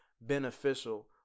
beneficial